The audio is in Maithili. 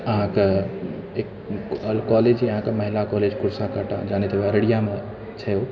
अहाँके एक कॉलेज यहऽ अहाँके महिला कॉलेज कुरसा काँटा जानैत हेबै अररियामे छै